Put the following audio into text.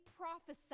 prophesied